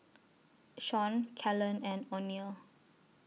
Shawn Kelan and Oneal